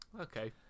Okay